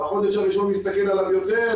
בחודש הראשון להסתכל עליו יותר,